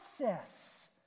process